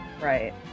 right